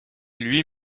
lui